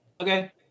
Okay